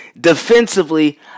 defensively